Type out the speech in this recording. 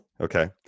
okay